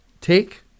take